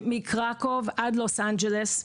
מקראקוב ועד לוס אנג׳לס,